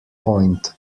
point